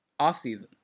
offseason